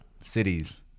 cities